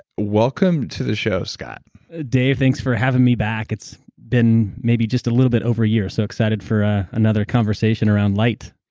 welcome to the show scott dave, thanks for having me back. it's been maybe just a little bit over a year, so excited for another conversation around light